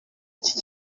iki